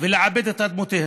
ולעבד את אדמותיהם.